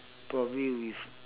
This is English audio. probably with